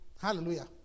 Hallelujah